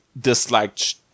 disliked